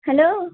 hello